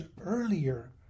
earlier